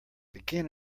begin